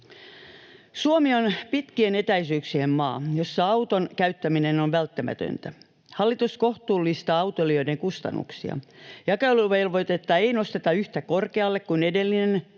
Suomi on pitkien etäisyyksien maa, jossa auton käyttäminen on välttämätöntä. Hallitus kohtuullistaa autoilijoiden kustannuksia. Jakeluvelvoitetta ei nosteta yhtä korkealle kuin edellinen,